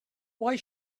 why